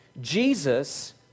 Jesus